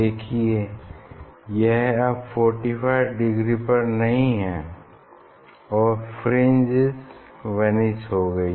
देखिये यह अब 45 डिग्री पर नहीं है और फ्रिंजेस वेनिश हो गई